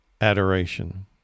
adoration